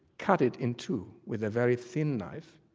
cut it in two with a very thin knife,